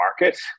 market